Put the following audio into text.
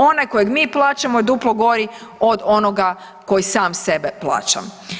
Onaj kojeg mi plaćamo je duplo gori od onoga koji sam sebe plaća.